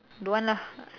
don't want lah